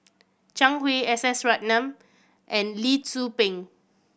Zhang Hui S S Ratnam and Lee Tzu Pheng